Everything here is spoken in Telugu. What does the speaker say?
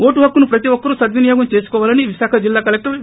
ఓటు హక్కును ప్రతి ఒక్కరూ సద్వినియోగం చేసుకోవాలని విశాఖ జిల్లా కలెక్లరు వి